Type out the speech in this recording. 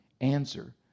answer